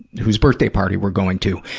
whose birthday party we're going to,